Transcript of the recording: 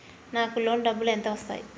నాకు లోన్ డబ్బులు ఎంత వస్తాయి?